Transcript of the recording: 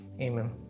Amen